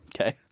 Okay